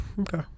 Okay